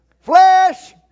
Flesh